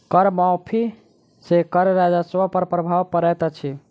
कर माफ़ी सॅ कर राजस्व पर प्रभाव पड़ैत अछि